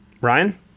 Ryan